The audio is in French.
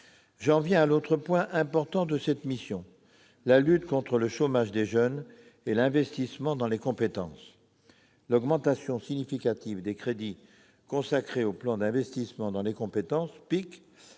J'en viens à l'autre point important de cette mission : la lutte contre le chômage des jeunes et l'investissement dans les compétences. L'augmentation significative des crédits consacrés au plan d'investissement dans les compétences, le PIC,